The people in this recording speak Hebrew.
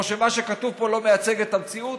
או שמה שכתוב פה לא מייצג את המציאות?